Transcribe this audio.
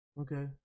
Okay